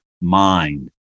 mind